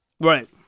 Right